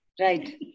Right